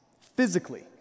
physically